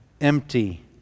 empty